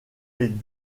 les